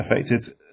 affected